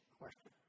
question